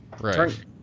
Right